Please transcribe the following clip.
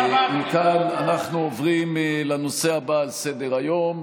מכאן אנחנו עוברים לנושא הבא על סדר-היום,